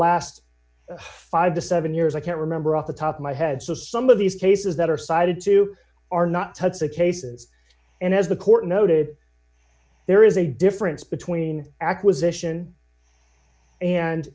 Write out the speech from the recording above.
last five to seven years i can't remember off the top of my head so some of these cases that are cited too are not touch the cases and as the court noted there is a difference between acquisition and